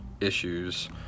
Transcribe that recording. issues